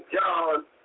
John